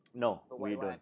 no we don't